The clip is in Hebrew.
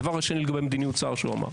הדבר השני לגבי מדיניות שר שהוא אמר,